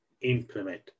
implement